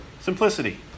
Simplicity